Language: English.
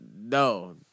No